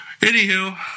anywho